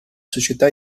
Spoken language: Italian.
società